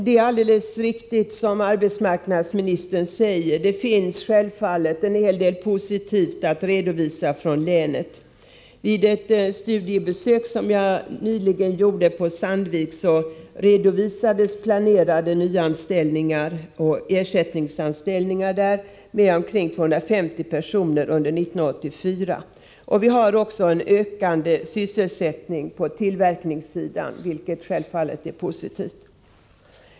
Det är alldeles riktigt som arbetsmarknadsministern säger, att det självfallet finns en hel del positivt att redovisa från länet. Vid ett studiebesök som jag nyligen gjorde på Sandvik redovisades planerade nyanställningar och ersättningsanställningar för omkring 250 personer under 1984. Vi har också en ökande sysselsättning på tillverkningssidan, vilket givetvis är positivt.